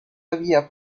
había